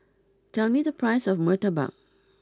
tell me the price of Murtabak